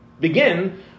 begin